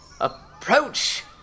Approach